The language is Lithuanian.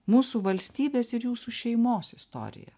mūsų valstybės ir jūsų šeimos istorija